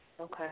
Okay